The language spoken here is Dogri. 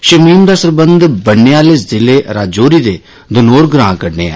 शमीम दा सरबंध बन्ने आले जिले राजौरी दे दनोर ग्रां कन्नै ऐ